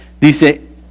Dice